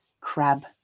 crab